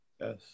Yes